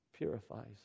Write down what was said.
purifies